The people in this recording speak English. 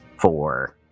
four